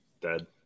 Dead